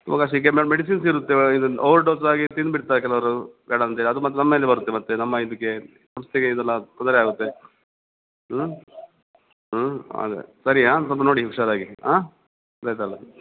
ಇವಾಗ ಮೆಡಿಸಿನ್ಸ್ ಇರುತ್ತೆ ಇದು ಓವರ್ಡೋಸ್ ಆಗಿ ತಿಂದುಬಿಡ್ತಾರೆ ಕೆಲವರು ಬೇಡ ಅಂತೇಳಿ ಅದು ಮತ್ತೆ ನಮ್ಮ ಮೇಲೆ ಬರುತ್ತೆ ಮತ್ತೆ ನಮ್ಮ ಇದಕ್ಕೆ ಸಂಸ್ಥೆಗೆ ಇದೆಲ್ಲ ತೊಂದರೆ ಆಗುತ್ತೆ ಹ್ಞೂ ಹ್ಞೂ ಅದೇ ಸರಿ ಹಾಂ ಸ್ವಲ್ಪ ನೋಡಿ ಹುಷಾರಾಗಿ ಹಾಂ ಗೊತ್ತಾಯ್ತಲ್ಲ